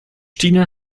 tiener